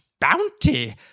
bounty